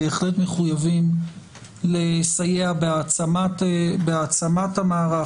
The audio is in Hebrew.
אנחנו בהחלט מחויבים לסייע בהעצמת המערך,